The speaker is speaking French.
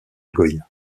goya